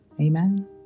Amen